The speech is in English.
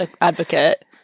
advocate